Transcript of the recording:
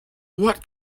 what